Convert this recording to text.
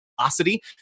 velocity